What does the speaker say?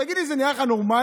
תגיד לי, זה נראה לך נורמלי?